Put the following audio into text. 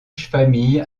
familles